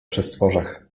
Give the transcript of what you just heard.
przestworach